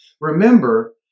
Remember